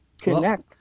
Connect